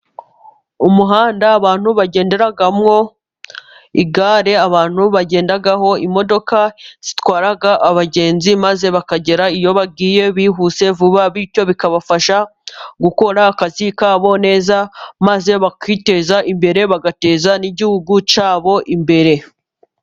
Umuhanda abantu bagenderamo, Igare abantu bagendaho, imodoka zitwara abagenzi maze bakagera iyo bagiye bihuse vuba, bityo bikabafasha gukora akazi kabo neza maze bakiteza imbere, bagateza n'igihugu cyabo imbere.